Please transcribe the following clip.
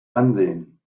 ansehen